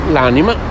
L'anima